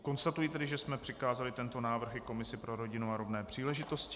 Konstatuji tedy, že jsme přikázali tento návrh i komisi pro rodinu a rovné příležitosti.